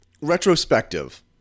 retrospective